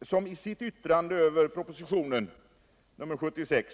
som i sitt yttrande över propositionen nr 76